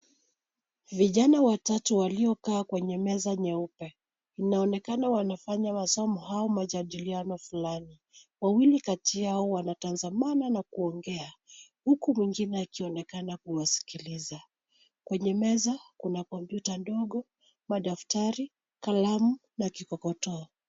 Vijana watatu waliokaa kwenye meza nyeupe, inaonekana wanafanya masomo au majadiliano fulani. Wawili kati yao wanatazamana na kuongea huku mwingine akionekana kuwasikiliza. Kwenye meza kuna kompyuta ndogo, madaftari, kalamu na kikotoo.